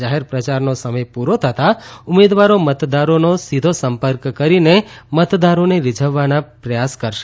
જાહેર પ્રયારનો સમય પૂરો થતાં ઉમેદવારો મતદારોનો સીધો સંપર્ક કરીને મતદારોને રીઝવવાના પ્રયાસ કરશે